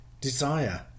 desire